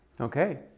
Okay